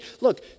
Look